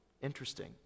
interesting